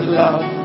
love